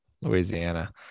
Louisiana